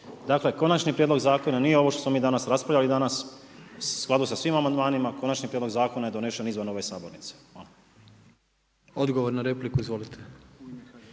Dakle, konačni prijedlog zakona nije ovo što smo mi raspravljali danas u skladu sa svim amandmanima. Konačni prijedlog zakona je donesen izvan ove sabornice. Hvala.